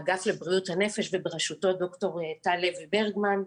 האגף לבריאות הנפש ובראשותו ד"ר טל לוי ברגמן,